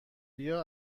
بیا